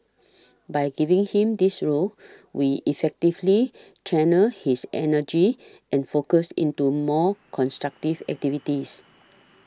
by giving him this role we effectively channelled his energy and focus into more constructive activities